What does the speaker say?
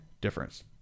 difference